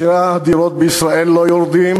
מחירי הדירות בישראל לא יורדים.